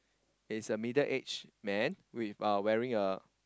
is a middle aged man with a wearing a